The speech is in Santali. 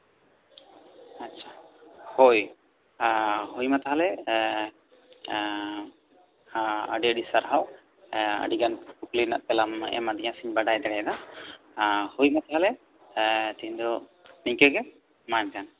ᱟᱪᱪᱷᱟ ᱦᱳᱭ ᱦᱳᱭ ᱢᱟ ᱛᱟᱦᱚᱞᱮ ᱮᱜ ᱟᱹᱰᱤ ᱟᱹᱰᱤ ᱥᱟᱨᱦᱟᱣ ᱟᱹᱰᱤᱜᱟᱱ ᱠᱩᱠᱞᱤ ᱨᱮᱱᱟᱜ ᱛᱮᱞᱟᱢ ᱮᱢ ᱟᱹᱫᱤᱧᱟ ᱥᱮ ᱵᱟᱲᱟᱭ ᱫᱟᱲᱮᱭᱟᱫᱟ ᱟᱨ ᱦᱳᱭ ᱢᱟ ᱛᱟᱦᱚᱞᱮ ᱛᱮᱦᱮᱧ ᱫᱚ ᱱᱤᱝᱠᱟᱹ ᱜᱮ